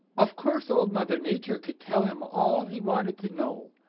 of course old mother nature could tell him all he wanted to know.